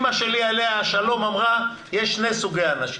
אבל אימא שלי עליה השלום אמרה שיש שני סוגי אנשים,